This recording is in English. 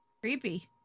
creepy